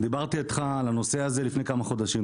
דיברתי איתך על הנושא הזה לפני כמה חודשים,